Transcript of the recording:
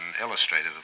illustrated